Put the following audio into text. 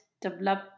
develop